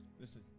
listen